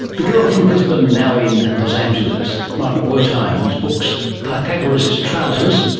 the girl from brisbane, now in los angeles. margaret wertheim, whose books pythagoras's trousers,